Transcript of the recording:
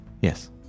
Yes